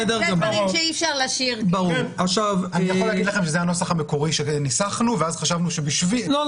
יכול להגיד לכם שזה הנוסח המקורי שניסחנו אבל אז חשבנו ש"במקום